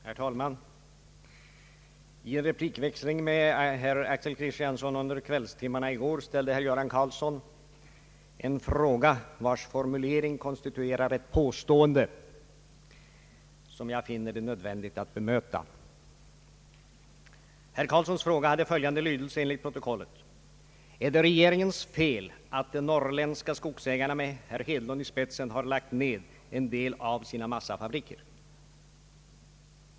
Herr talman! I en replikväxling med herr Axel Kristiansson under kvällstimmarna i går ställde herr Göran Karlsson en fråga vars formulering konstituerar ett påstående som jag finner det nödvändigt att bemöta. lydelse enligt protokollet: är det regeringens fel att de norrländska skogsägarna med herr Hedlund i spetsen har lagt ned en del av sina massafabriker?